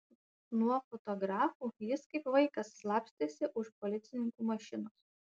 nuo fotografų jis kaip vaikas slapstėsi už policininkų mašinos